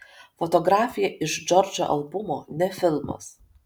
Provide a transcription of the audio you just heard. fotografija iš džordžo albumo ne filmas